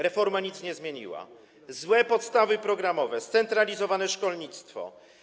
Reforma nic nie zmieniła - złe podstawy programowe, centralizowane szkolnictwo.